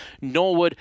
Norwood